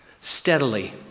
steadily